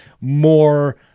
more